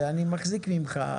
אני מחזיק ממך,